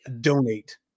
donate